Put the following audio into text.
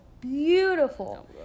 beautiful